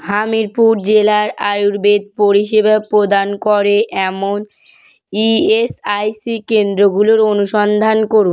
হামিরপুর জেলায় আয়ুর্বেদ পরিষেবা প্রদান করে এমন ইএসআইসি কেন্দ্রগুলোর অনুসন্ধান করুন